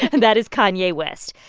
and that is kanye west.